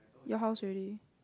your house already